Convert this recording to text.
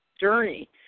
journey